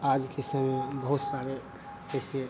आज के समय बहुत सारे ऐसे